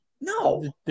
No